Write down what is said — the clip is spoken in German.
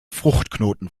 fruchtknoten